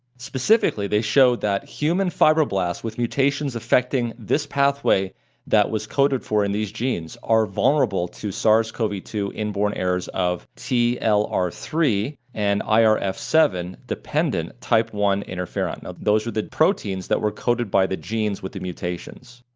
specifically, they showed that human fibroblasts with mutations affecting this pathway that was coded for in these genes are vulnerable to sars cov two inborn errors of t l r three and i r f seven dependent type one interferon. those are the proteins that were coded by the genes with the mutations.